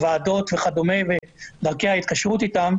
הוועדות וכדומה ודרכי ההתקשרות איתם,